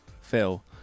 Phil